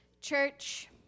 Church